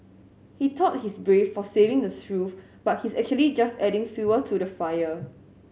he thought he's brave for saying the truth but he's actually just adding fuel to the fire